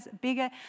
bigger